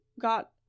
got